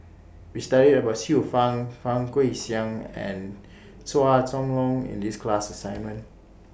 We studied about Xiu Fang Fang Guixiang and Chua Chong Long in The class assignment